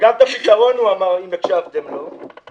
וגם את הפתרון הוא אמר אם הקשתם לו.